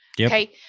Okay